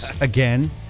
again